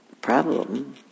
problem